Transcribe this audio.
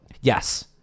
Yes